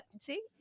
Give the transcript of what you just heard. See